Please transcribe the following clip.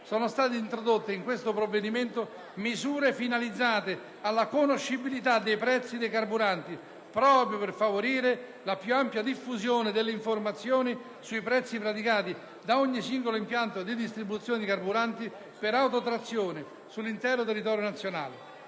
sono state introdotte nel provvedimento misure finalizzate alla conoscibilità dei prezzi dei carburanti, proprio per favorire la più ampia diffusione delle informazioni sui prezzi praticati da ogni singolo impianto di distribuzione di carburanti per autotrazione sull'intero territorio nazionale,